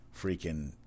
freaking